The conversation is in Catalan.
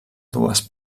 dues